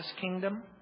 kingdom